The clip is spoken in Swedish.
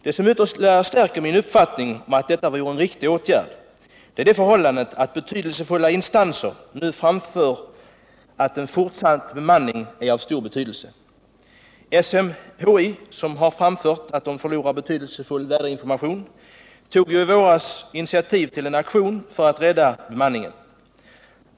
Det som ytterligare stärker min uppfattning om att detta vore en riktig åtgärd är förhållandet att viktiga instanser nu framfört att en fortsatt bemanning är av stor betydelse. SMHI, som har framfört att man förlorar betydelsefull väderinformation, tog i våras initiativ till en aktion för att rädda bemanningen.